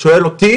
אם שואלים אותי,